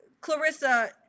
Clarissa